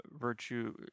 Virtue